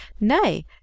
nay